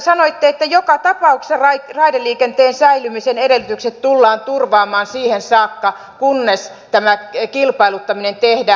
sanoitte että joka tapauksessa raideliikenteen säilymisen edellytykset tullaan turvaamaan siihen saakka kunnes tämä kilpailuttaminen tehdään